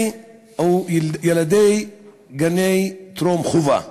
ילדי גני טרום-חובה,